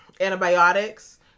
antibiotics